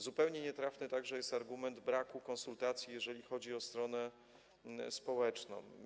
Zupełnie nietrafiony jest argument braku konsultacji, jeżeli chodzi o stronę społeczną.